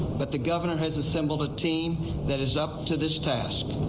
but the governor has assembled a team that is up to this test.